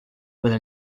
with